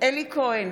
אלי כהן,